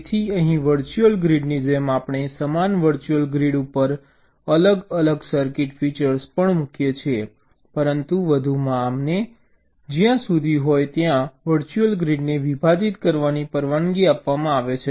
તેથી અહીં વર્ચ્યુઅલ ગ્રીડની જેમ આપણે સમાન વર્ચ્યુઅલ ગ્રીડ ઉપર અલગ અલગ સર્કિટ ફીચર્સ પણ મૂકીએ છીએ પરંતુ વધુમાં અમને જ્યાં જરૂરી હોય ત્યાં વર્ચ્યુઅલ ગ્રીડને વિભાજિત કરવાની પરવાનગી આપવામાં આવે છે